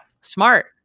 smart